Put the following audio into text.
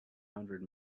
hundred